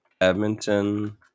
Edmonton